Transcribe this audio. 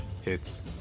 Hits